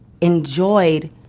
enjoyed